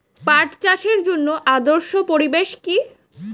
পাট চাষের জন্য আদর্শ পরিবেশ কি?